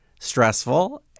stressful